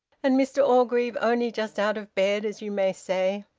and mr orgreave only just out of bed, as you may say.